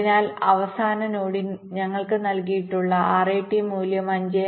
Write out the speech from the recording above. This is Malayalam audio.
അതിനാൽ അവസാന നോഡിന്റെ ഞങ്ങൾക്ക് നൽകിയിട്ടുള്ള RAT മൂല്യം 5